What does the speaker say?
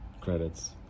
credits